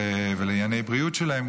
ולענייני הבריאות שלהם.